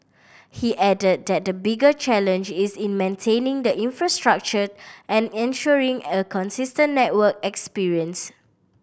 he added that the bigger challenge is in maintaining the infrastructure and ensuring a consistent network experience